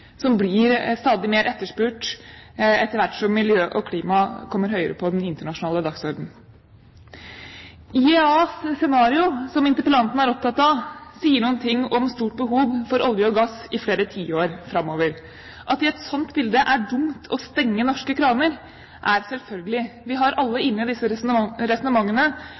som blir stadig mer etterspurt etter hvert som miljø og klima kommer høyere på den internasjonale dagsordenen. IEAs scenario, som interpellanten er opptatt av, sier noe om et stort behov for olje og gass i flere tiår framover. At det i et sånt bilde er dumt å stenge norske kraner, er selvfølgelig. Vi har alle inne disse resonnementene som f.eks. handler om at man i